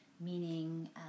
Meaning